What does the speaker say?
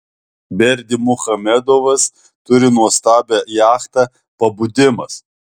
berdymuchamedovas turi nuostabią jachtą pabudimas